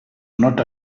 not